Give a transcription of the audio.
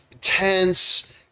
tense